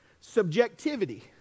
subjectivity